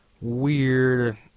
weird